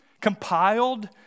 compiled